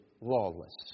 lawless